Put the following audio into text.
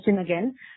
again